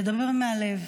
לדבר מהלב.